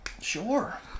Sure